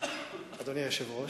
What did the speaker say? אדוני היושב-ראש,